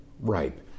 ripe